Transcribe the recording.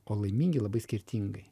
o laimingi labai skirtingai